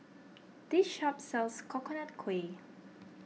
this shop sells Coconut Kuih